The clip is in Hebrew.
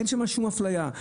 אין שם שום אפליה,